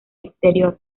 exterior